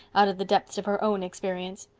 out of the depths of her own experience.